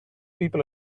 people